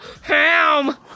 ham